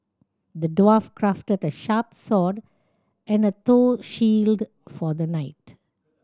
the dwarf crafted a sharp and a shield for the knight